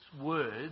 words